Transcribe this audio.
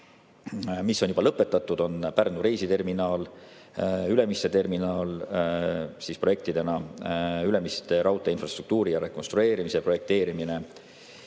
Juba lõpetatud on Pärnu reisiterminal ja Ülemiste terminal, mõlemad projektidena, Ülemiste raudtee infrastruktuuri ja rekonstrueerimise projekteerimine,